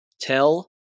Tell